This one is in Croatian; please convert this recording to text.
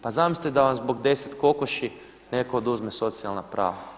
Pa zamislite da vam zbog 10 kokoši neko oduzme socijalne prava?